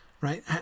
right